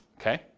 okay